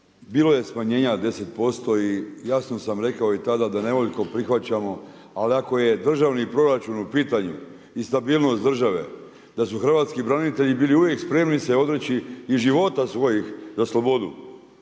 bilo je smanjenja 10% i jasno sam rekao i tada da nevoljko prihvaćamo, ali ako je državni proračun u pitanju i stabilnost države da su hrvatski branitelji bili uvijek spremni odreći i života svojih za slobodu,